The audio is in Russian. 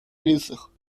лицах